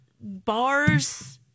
Bars